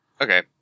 Okay